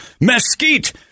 mesquite